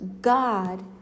God